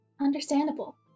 Understandable